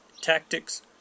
tactics